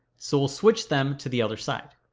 so we'll switch them to the other side,